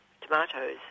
tomatoes